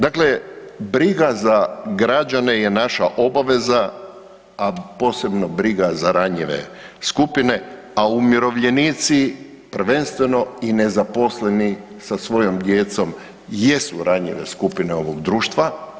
Dakle, briga za građane je naša obaveza, a posebno briga za ranjive skupine a umirovljenici prvenstveno i nezaposleni sa svojom djecom jesu ranjive skupine ovog društva.